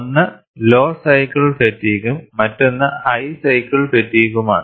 ഒന്ന് low cycle ഫാറ്റിഗ്ഗും മറ്റൊന്ന് ഹൈ സൈക്കിൾ ഫാറ്റിഗ്ഗുമാണ്